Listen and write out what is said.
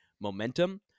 Momentum